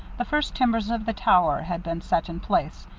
the first timbers of the tower had been set in place,